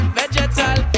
vegetal